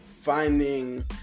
finding